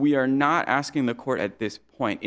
we are not asking the court at this point